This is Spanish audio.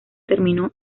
terminó